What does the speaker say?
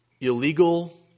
illegal